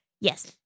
yes